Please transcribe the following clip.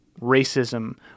racism